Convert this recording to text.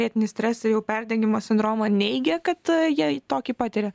lėtinį stresą jau perdegimo sindromą neigia kad jietokį patiria